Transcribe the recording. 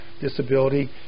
Disability